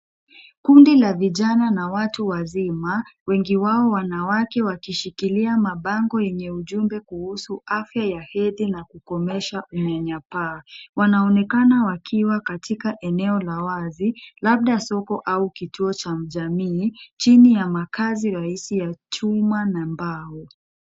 Kundi la vijana na watu wazima, wengi wao wanawake wakishikilia mabango yenye ujumbe kuhusu afya ya hedhi na kukomesha unyanyapaa. Wanaonekana wakiwa katika eneo la wazi, labda soko au kituo cha jamii, chini ya makaazi rahisi ya chuma na mbao.